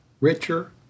richer